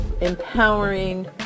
empowering